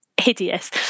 hideous